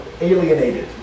alienated